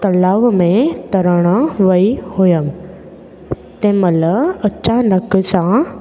तलाउ में तरण वेई हुयमि तंहिं महिल अचानकि सां